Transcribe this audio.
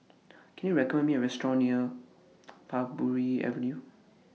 Can YOU recommend Me A Restaurant near Parbury Avenue